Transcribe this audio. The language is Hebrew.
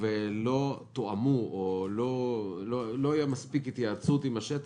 ולא תואמו או לא הייתה מספיק התייעצות עם השטח,